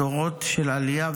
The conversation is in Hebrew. דורות של עלייה.